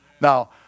Now